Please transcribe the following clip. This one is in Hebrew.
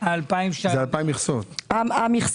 את האגרה יהיו יותר